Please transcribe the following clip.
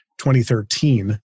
2013